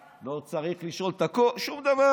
לא צריך לשאול את השר, לא צריך לשאול, שום דבר.